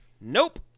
Nope